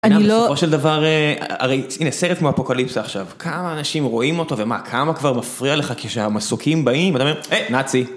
אני לא... בסופו של דבר... הרי... הנה, סרט מאפוקליפסה עכשיו. כמה אנשים רואים אותו, ומה, כמה כבר מפריע לך כשהמסוקים באים? אדם אה... נאצי.